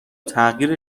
تغییر